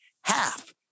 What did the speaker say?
half